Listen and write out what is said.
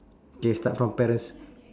K start from parents